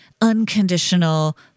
unconditional